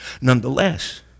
nonetheless